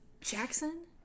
Jackson